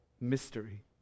mystery